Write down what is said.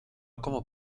como